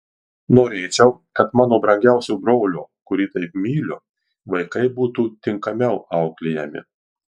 norėčiau kad mano brangiausio brolio kurį taip myliu vaikai būtų tinkamiau auklėjami